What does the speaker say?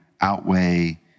outweigh